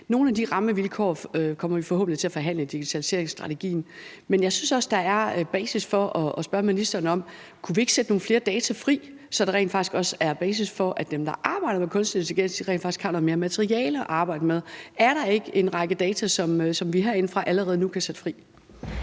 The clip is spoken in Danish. Nogle af de rammevilkår kommer vi forhåbentlig til at forhandle i digitaliseringsstrategien, men jeg synes også, at der er basis for at spørge ministeren om, om ikke vi kunne sætte nogle flere data fri, så dem, der arbejder med kunstig intelligens, rent faktisk har noget mere materiale at arbejde med? Er der ikke en række data, som vi herindefra allerede nu kan sætte fri?